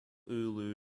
oulu